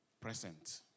present